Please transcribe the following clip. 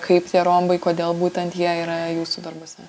kaip tie rombai kodėl būtent jie yra jūsų darbuose